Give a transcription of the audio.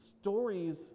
stories